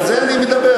על זה אני מדבר,